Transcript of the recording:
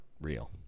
real